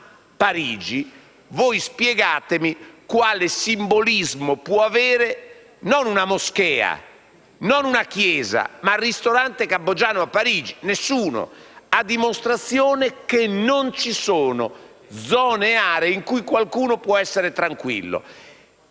Parigi, spiegatemi voi quale simbolismo può avere non una moschea, non una chiesa, ma un ristorante cambogiano a Parigi: nessuno. Ciò a dimostrazione che non ci sono zone e area in cui qualcuno può essere tranquillo.